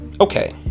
Okay